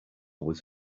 was